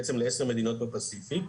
בעצם לעשר מדינות הפאסיפיק.